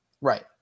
Right